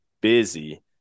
busy